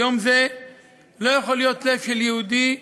ביום זה לא יכול להיות לב של יהודי,